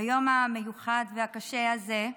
ביום המיוחד והקשה הזה,